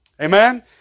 Amen